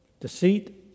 Deceit